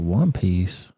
one-piece